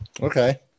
Okay